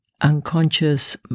unconscious